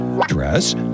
dress